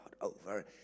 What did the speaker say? over